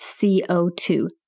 CO2